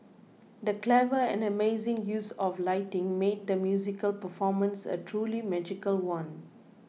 the clever and amazing use of lighting made the musical performance a truly magical one